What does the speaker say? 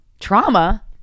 trauma